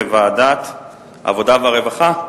בוועדת העבודה והרווחה?